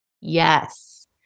Yes